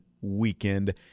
weekend